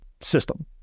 system